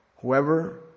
Whoever